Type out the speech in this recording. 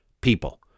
people